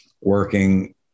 working